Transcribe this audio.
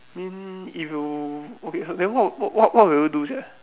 mean if you okay then what what what what will you do sia